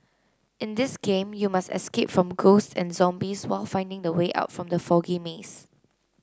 in this game you must escape from ghosts and zombies while finding the way out from the foggy maze